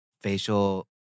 facial